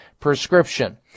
prescription